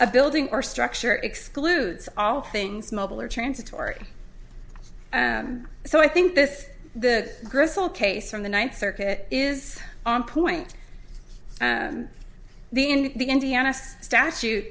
a building or structure excludes all things mobile or transitory so i think this the gristle case from the ninth circuit is on point the in the indiana statute